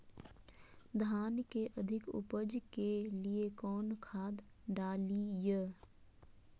धान के अधिक उपज के लिए कौन खाद डालिय?